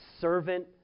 servant